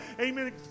amen